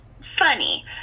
funny